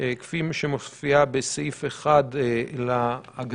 כפי שמופיעה בסעיף 1 להגדרות?